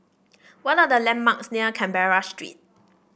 what are the landmarks near Canberra Street